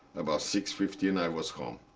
about six fifteen, i was home.